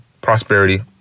prosperity